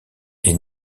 est